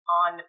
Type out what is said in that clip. on